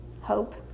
hope